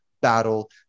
battle